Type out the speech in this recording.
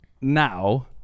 now